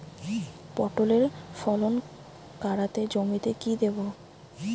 পটলের ফলন কাড়াতে জমিতে কি দেবো?